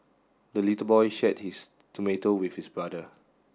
the little boy shared his tomato with his brother